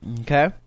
Okay